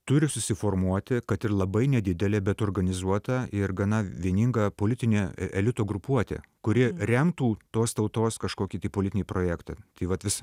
turi susiformuoti kad ir labai nedidelė bet organizuota ir gana vieninga politinė elito grupuotė kuri remtų tos tautos kažkokį tai politinį projektą tai vat vis